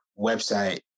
website